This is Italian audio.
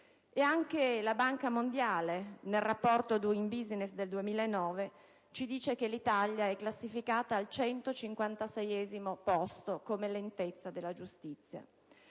Anche la Banca mondiale, nel rapporto Doing Business 2009, ci dice che l'Italia si classifica al 156º posto come lentezza della giustizia,